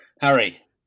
Harry